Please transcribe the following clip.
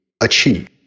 achieve